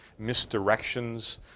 misdirections